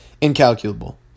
incalculable